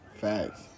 Facts